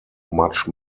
much